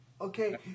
Okay